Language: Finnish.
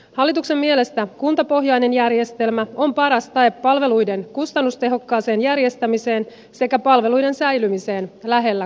hallituksen mielestä kuntapohjainen järjestelmä on paras tae palveluiden kustannustehokkaaseen järjestämiseen sekä palveluiden säilymiseen lähellä kuntalaista